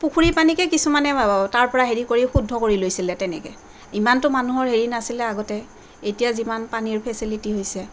পুখুৰী পানীকে কিছুমানে তাৰপৰা হেৰি কৰি শুদ্ধ কৰি লৈছিলে সেনেকে ইমানটো মানুহৰ হেৰি নাছিলে আগতে এতিয়া যিমান পানীৰ ফেচিলিটি হৈছে